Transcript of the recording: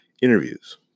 interviews